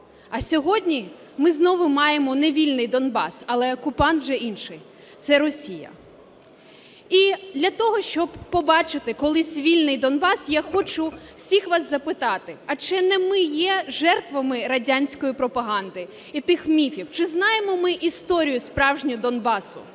А сьогодні ми знову маємо невільний Донбас, але окупант вже інший – це Росія. І для того, щоб побачити колись вільний Донбас, я хочу всіх вас запитати: а чи не ми є жертвами радянської пропаганди і тих міфів? Чи знаємо ми історію справжню Донбасу?